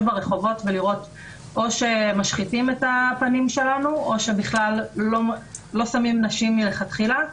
ברחובות ולראות שמשחיתים את הפנים שלנו או שבכלל לא שמים נשים מלכתחילה,